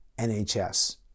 NHS